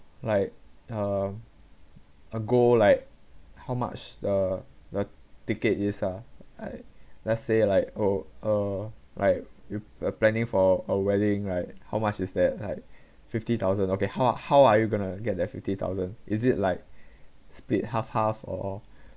like um a goal like how much the the ticket is ah like let's say like oh uh like you are planning for a wedding right how much is that like fifty thousand okay how how are you going to get that fifty thousand is it like split half half or